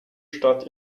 stadt